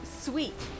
Sweet